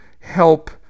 help